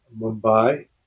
Mumbai